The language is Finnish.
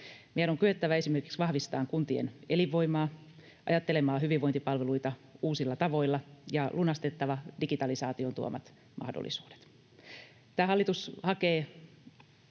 Meidän on kyettävä esimerkiksi vahvistamaan kuntien elinvoimaa, ajattelemaan hyvinvointipalveluita uusilla tavoilla ja lunastettava digitalisaation tuomat mahdollisuudet.